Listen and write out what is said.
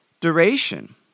duration